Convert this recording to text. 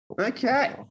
Okay